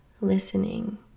listening